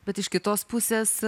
bet iš kitos pusės